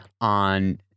on